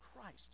Christ